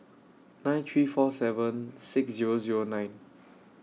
nine three four seven six Zero Zero nine